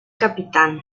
capitán